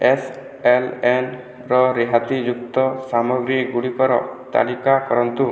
ଏସ୍ଏଲ୍ଏନ୍ର ରିହାତିଯୁକ୍ତ ସାମଗ୍ରୀ ଗୁଡ଼ିକର ତାଲିକା କରନ୍ତୁ